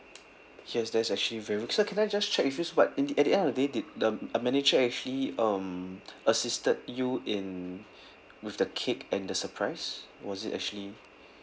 yes that's actually very rude sir can I just check with you so but in the at the end of the day did the a manager actually um assisted you in with the cake and the surprise was it actually